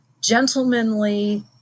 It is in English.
gentlemanly